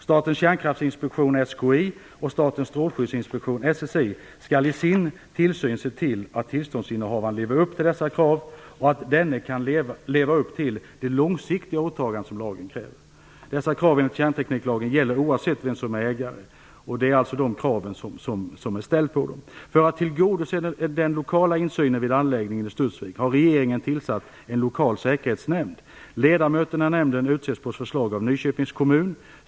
Statens kärnkraftsinspektion, SKI, och Statens strålskyddsinstitut, SSI, skall i sin tillsyn se till att tillståndshavaren lever upp till dessa krav och att denne kan leva upp till de långsiktiga åtaganden som lagen kräver. Dessa krav gäller enligt kärntekniklagen oavsett vem som är ägaren. För att tillgodose den lokala insynen vid anläggningen i Studsvik har regeringen tillsatt en lokal säkerhetsnämnd. Ledamöterna i nämnden utses på förslag av Nyköpings kommun.